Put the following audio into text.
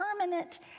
permanent